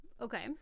Okay